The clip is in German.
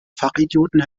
fachidioten